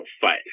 fight